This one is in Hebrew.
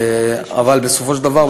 אבל בסופו של דבר,